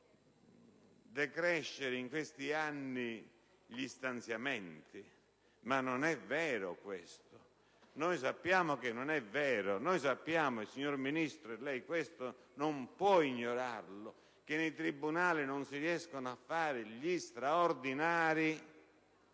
decrescere in questi anni gli stanziamenti. Ma questo non è vero. Noi sappiamo che non è vero. Sappiamo per esempio, signor Ministro (e questo non può ignorarlo), che nei tribunali non si riescono a fare gli straordinari